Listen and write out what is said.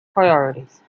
priorities